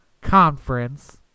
conference